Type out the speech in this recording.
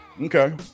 Okay